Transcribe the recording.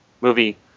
movie